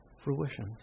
fruition